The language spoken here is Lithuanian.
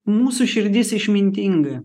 mūsų širdis išmintinga